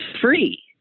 free